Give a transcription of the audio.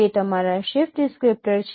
તે તમારા shift descriptor છે